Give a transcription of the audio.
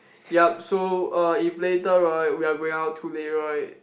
yup so uh if later right we are going out too late right